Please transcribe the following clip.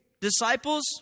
disciples